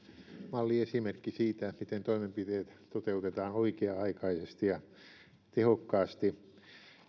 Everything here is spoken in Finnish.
malliesimerkki siitä miten toimenpiteet toteutetaan oikea aikaisesti ja tehokkaasti